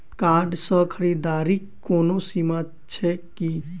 Card सँ खरीददारीक कोनो सीमा छैक की?